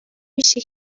میشه